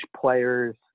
players